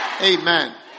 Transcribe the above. Amen